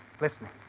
listening